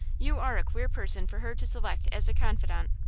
you are a queer person for her to select as a confidant.